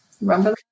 Remember